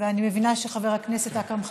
אני מבינה שחבר הכנסת אכרם חסון,